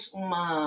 uma